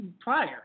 prior